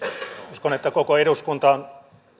uskon että koko eduskunta on